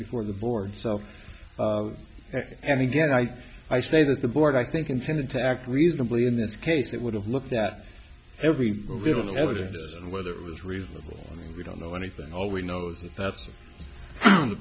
before the board so and again i i say that the board i think intended to act reasonably in this case it would have looked at every vote given the evidence and whether it was reasonable we don't know anything all we know that that's the